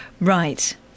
Right